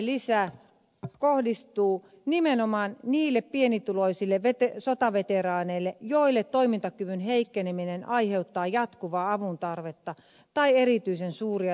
veteraanilisä kohdistuu nimenomaan niille pienituloisille sotaveteraaneille joille toimintakyvyn heikkeneminen aiheuttaa jatkuvaa avuntarvetta tai erityisen suuria lisäkustannuksia